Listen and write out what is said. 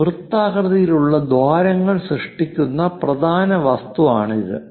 ഈ വൃത്താകൃതിയിലുള്ള ദ്വാരങ്ങൾ സൃഷ്ടിക്കുന്ന പ്രധാന വസ്തുവാണ് ഇത്